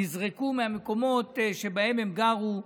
נזרקו מהמקומות שבהם הם גרו,